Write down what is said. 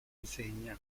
insegna